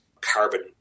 carbon